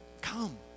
Come